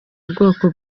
ubwoko